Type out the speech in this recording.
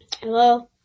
Hello